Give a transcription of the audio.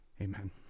Amen